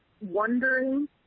wondering